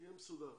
שיהיה מסודר.